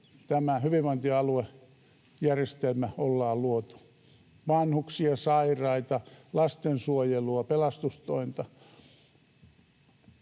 tämä hyvinvointialuejärjestelmä on luotu — vanhuksia, sairaita, lastensuojelua, pelastustointa